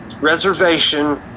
reservation